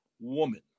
woman